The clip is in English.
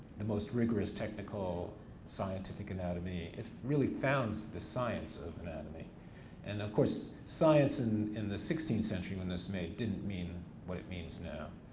the most rigorous technical scientific anatomy. it really founds the science of anatomy and of course, science in in the sixteenth century when this was made didn't mean what it means now.